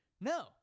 No